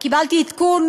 קיבלתי עדכון,